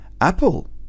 Apple